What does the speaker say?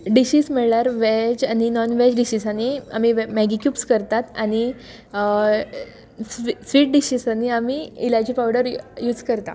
dishes म्हळ्यार veg आनी non veg डिशिसांनी आमी मॅगी क्युब्स करतात आनी स्वीट डिशिसांनी आमी इलायची पावडर यूज करता